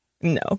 No